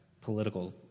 political